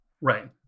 Right